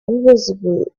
invisible